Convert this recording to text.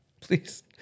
Please